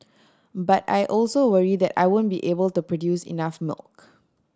but I also worry that I won't be able to produce enough milk